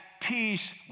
peace